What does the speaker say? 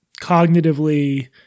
cognitively